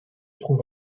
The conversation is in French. trouve